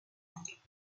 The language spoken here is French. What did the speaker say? langues